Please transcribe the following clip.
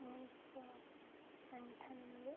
ଉଣେଇଶହ ଅଠାନବେ